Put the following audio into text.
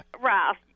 Ralph